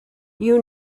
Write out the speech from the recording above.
you